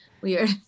weird